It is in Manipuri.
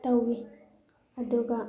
ꯇꯧꯏ ꯑꯗꯨꯒ